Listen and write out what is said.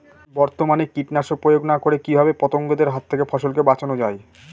বর্তমানে কীটনাশক প্রয়োগ না করে কিভাবে পতঙ্গদের হাত থেকে ফসলকে বাঁচানো যায়?